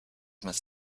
must